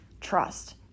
trust